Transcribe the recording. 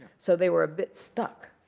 so they were a bit stuck.